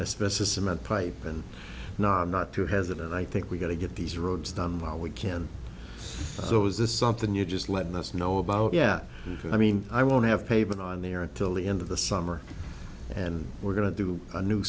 specimen pipe and not not to has it and i think we've got to get these roads done while we can so is this something you're just letting us know about yeah i mean i won't have pavement on there until the end of the summer and we're going to do a new